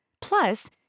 Plus